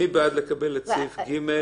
מי בעד לקבל את סעיף (ג)?